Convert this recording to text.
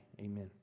amen